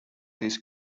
this